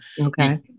okay